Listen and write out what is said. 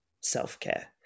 self-care